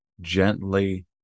gently